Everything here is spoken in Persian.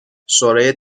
شورای